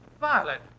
Violet